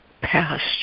past